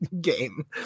game